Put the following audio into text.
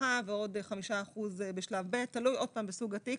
בפתיחה ועוד 5% בשלב ב', תלוי בסוג התיק.